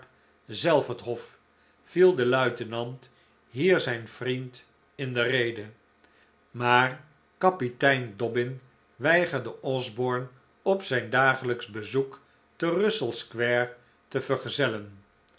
zelf het hof viel de luitenant hier zijn vriend in de rede maar kapitein dobbin weigerde osborne op zijn dagelijksch bezoek te russell square te vergezellen